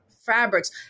fabrics